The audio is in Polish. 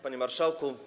Panie Marszałku!